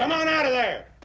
on on out of there!